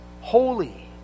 holy